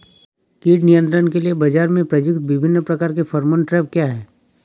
कीट नियंत्रण के लिए बाजरा में प्रयुक्त विभिन्न प्रकार के फेरोमोन ट्रैप क्या है?